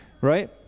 right